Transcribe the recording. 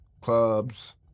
clubs